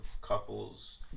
couples